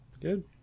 Good